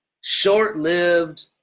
short-lived